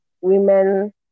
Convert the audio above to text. women